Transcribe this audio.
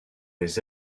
les